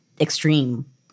extreme